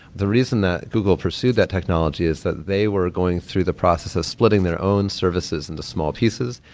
the reason that google pursued that technology is that they were going through the process of splitting their own services into small pieces.